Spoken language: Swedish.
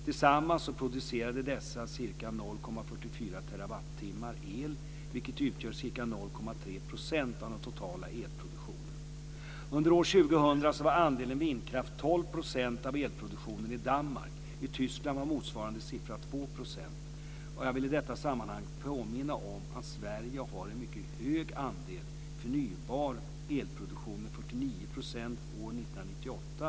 Tillsammans producerade dessa ca 0,44 terawattimmar el, vilket utgör ca 0,3 % av den totala elproduktionen. Under år 2000 var andelen vindkraft 12 % av elproduktionen i Danmark. I Tyskland var motsvarande siffra 2 %. Jag vill i detta sammanhang påminna om att Sverige har en mycket hög andel förnybar elproduktion med 49 % år 1998.